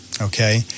okay